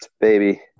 baby